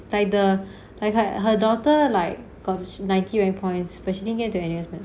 like the her her daughter like got ninety eight points but she didn't get into N_U_S